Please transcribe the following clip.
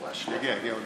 רפואה שלמה.